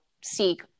seek